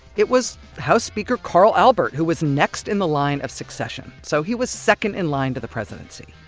it was house speaker carl albert who was next in the line of succession, so he was second in line to the presidency